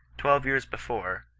twelve years before,